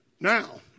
Now